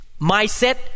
mindset